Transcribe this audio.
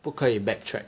不可以 backtrack